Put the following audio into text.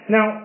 Now